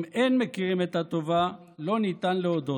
אם אין מכירים את הטובה, לא ניתן להודות.